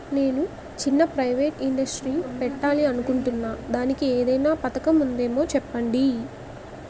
నేను చిన్న private industry పెట్టాలి అనుకుంటున్నా దానికి ఏదైనా పథకం ఉందేమో చెప్పండి?